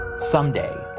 someday,